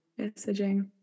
messaging